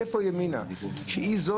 איפה ימינה שאמרה,